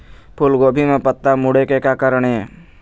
फूलगोभी म पत्ता मुड़े के का कारण ये?